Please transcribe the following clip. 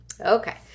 okay